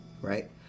Right